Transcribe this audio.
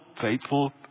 faithful